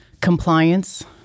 compliance